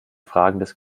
fragendes